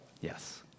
Yes